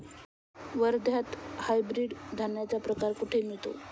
वर्ध्यात हायब्रिड धान्याचा प्रकार कुठे मिळतो?